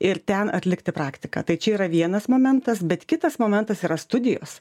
ir ten atlikti praktiką tai čia yra vienas momentas bet kitas momentas yra studijos